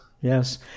Yes